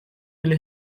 will